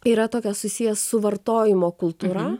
yra tokia susijęs su vartojimo kultūra